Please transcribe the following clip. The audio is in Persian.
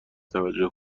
توجه